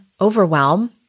Overwhelm